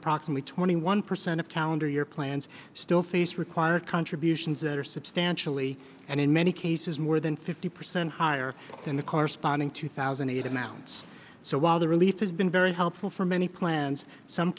approximately twenty one percent of calendar year plans still face require contributions that are substantially and in many cases more than fifty percent higher than the corresponding two thousand and eight amounts so while the relief has been very helpful for many plans some